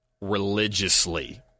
religiously